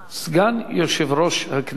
סגן יושב-ראש הכנסת.